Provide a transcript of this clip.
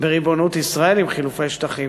בריבונות ישראל, עם חילופי שטחים.